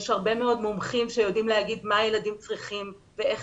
יש הרבה מאוד מומחים שיודעים לומר מה הילדים צריכים ואיך